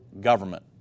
government